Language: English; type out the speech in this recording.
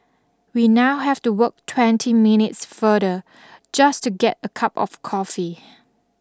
we now have to walk twenty minutes further just to get a cup of coffee